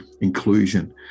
inclusion